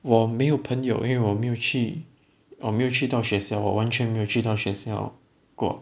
我没有朋友因为我没有去我没有去到学校我完全没有去到学校过